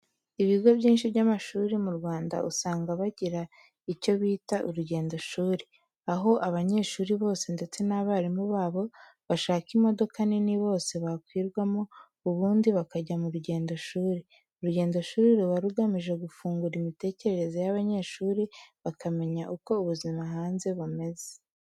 Ibigo byinshi by'amashuri mu Rwanda usanga bagira icyo bita urugendoshuri, aho abanyeshuri bose ndetse n'abarimu babo bashaka imodoka nini bose bakwirwamo, ubundi bakajya mu rugendoshuri. Urugendoshuri ruba rugamije gufungura imitekerereze y'abanyeshuri, bakamenya uko ubuzima hanze bumeze.